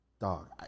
dog